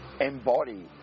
embody